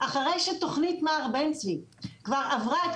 אחרי שתוכנית מע"ר בן צבי כבר עברה את